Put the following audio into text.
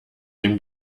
dem